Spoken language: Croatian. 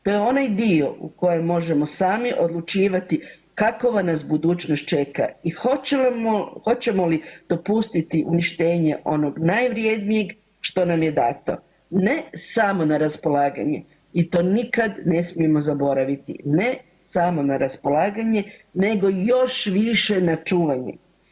To je onaj dio u kojem možemo sami odlučivati kakova nas budućnost čeka i hoćemo li dopustiti uništenje onog najvrjednijeg što nam je dato, ne samo na raspolaganje i to nikad ne smijemo zaboraviti, ne samo na raspolaganje nego još više na čuvanje.